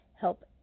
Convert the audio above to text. help